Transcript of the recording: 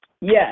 Yes